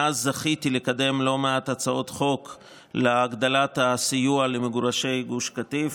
מאז זכיתי לקדם לא מעט הצעות חוק להגדלת הסיוע למגורשי גוש קטיף,